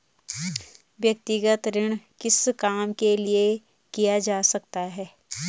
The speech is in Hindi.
व्यक्तिगत ऋण किस काम के लिए किया जा सकता है?